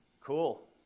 Cool